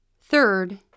Third